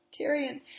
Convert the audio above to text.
Tyrion